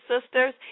Sisters